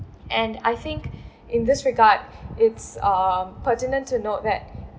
and I think in this regard it's um pertinent to note that